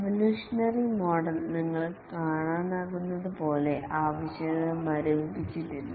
evolutionary model നിങ്ങൾക്ക് കാണാനാകുന്നതുപോലെ ആവശ്യകതകൾ മരവിപ്പിച്ചിട്ടില്ല